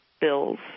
bills